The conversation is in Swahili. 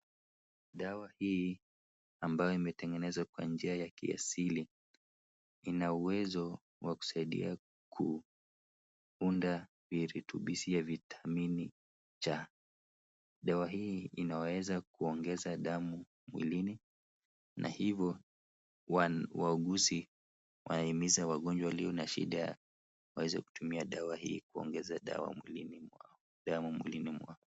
Dawa hii ambayo imetengenezwa kwa njia ya kiasili Ina uwezo wa kusaidia kuunda virutubisi ya vitameni cha. Dawa hii inaweza kuongeza damu mwilini na ni hivo wauguzi waimiza wagonjwa walio na shida waweze kutumia dawa hii kuongeza damu mwilini mwao.